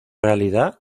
realidad